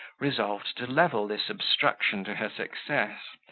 resolved to level this obstruction to her success,